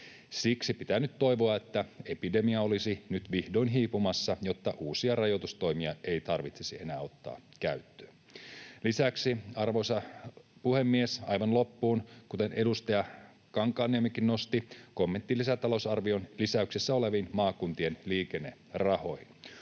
Siksi pitää nyt toivoa, että epidemia olisi nyt vihdoin hiipumassa, jotta uusia rajoitustoimia ei tarvitsisi enää ottaa käyttöön. Lisäksi, arvoisa puhemies, aivan loppuun — kuten edustaja Kankaanniemikin nosti asian — kommentti lisätalousarvion lisäyksissä oleviin maakuntien liikennerahoihin: